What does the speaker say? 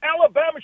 Alabama